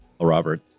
Robert